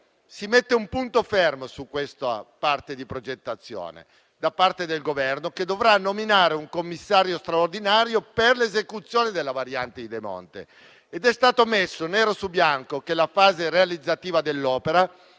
si mette un punto fermo su questa parte di progettazione da parte del Governo, che dovrà nominare un Commissario straordinario per l'esecuzione della variante di Demonte. Ed è stato messo nero su bianco che la fase realizzativa dell'opera